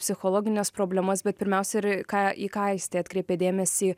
psichologines problemas bet pirmiausia ir į ką į ką aistė atkreipė dėmesį